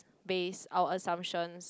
based our assumptions